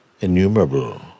innumerable